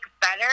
better